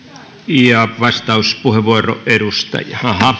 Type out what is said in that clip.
vastauspuheenvuoro edustaja jaha